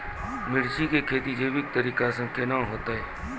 मिर्ची की खेती जैविक तरीका से के ना होते?